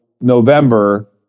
November